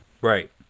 Right